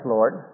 Lord